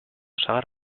sagar